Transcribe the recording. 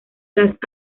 tras